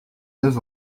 neuf